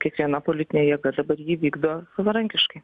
kiekviena politinė jėga dabar jį vykdo savarankiškai